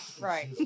Right